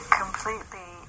completely